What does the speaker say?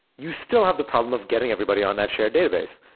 you still have the problem of getting everybody on that shared database,